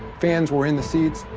fans were in the seats,